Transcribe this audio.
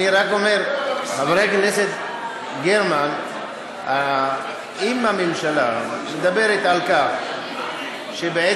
חברת הכנסת גרמן, אם הממשלה מדברת על כך שיש